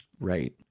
Right